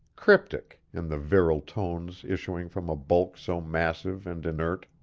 cryptic, in the virile tones issuing from a bulk so massive and inert.